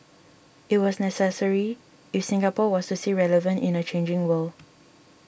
it was necessary if Singapore was to stay relevant in a changing world